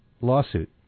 lawsuit